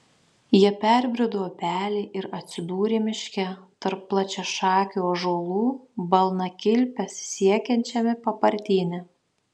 jie perbrido upelį ir atsidūrė miške tarp plačiašakių ąžuolų balnakilpes siekiančiame papartyne